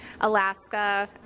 Alaska